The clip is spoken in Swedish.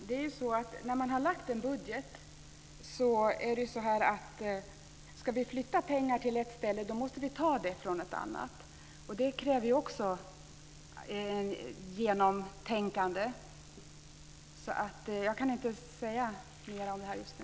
Fru talman! När man har lagt en budget innebär det att man måste ta pengar från ett ställe om man ska flytta pengar till ett annat ställe. Det kräver också genomtänkta åtgärder. Jag kan inte säga mer om det här just nu.